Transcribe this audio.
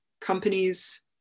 companies